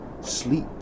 sleep